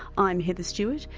i'm heather stewart,